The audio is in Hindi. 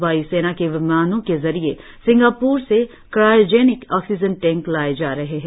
वाय् सेना के विमानों के जरिए सिंगाप्र से क्रायोजेनिक ऑक्सीजन टैंक लाए जा रहे हैं